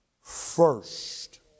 first